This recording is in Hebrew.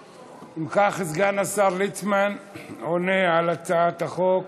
אם כך, סגן השר ליצמן עונה על הצעת החוק